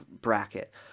bracket